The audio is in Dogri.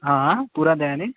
आं पूरा देआ नै